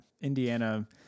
Indiana